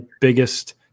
biggest